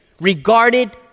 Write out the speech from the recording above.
regarded